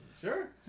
Sure